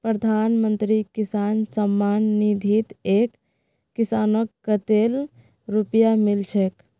प्रधानमंत्री किसान सम्मान निधित एक किसानक कतेल रुपया मिल छेक